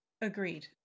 Agreed